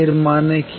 এর মানে কি